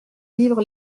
vivre